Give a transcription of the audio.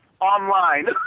online